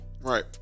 Right